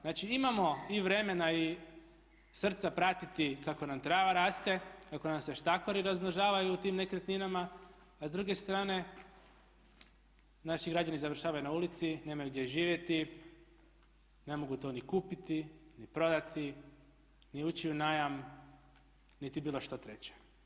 Znači, imamo i vremena i srca pratiti kako nam trava raste, kako nam se štakori razmnožavaju u tim nekretninama, a s druge strane naši građani završavaju na ulici, nemaju gdje živjeti, ne mogu to ni kupiti, ni prodati, ni ući u najam niti bilo što treće.